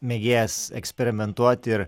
mėgėjas eksperimentuoti ir